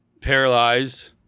paralyzed